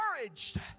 encouraged